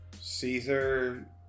Caesar